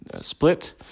split